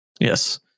Yes